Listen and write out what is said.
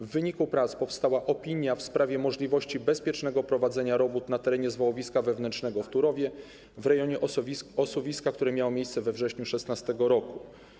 W wyniku prac powstała opinia w sprawie możliwości bezpiecznego prowadzenia robót na terenie zwałowiska wewnętrznego w Turowie w rejonie osuwiska, które miało miejsce we wrześniu 2016 r.